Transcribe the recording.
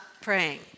praying